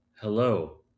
hello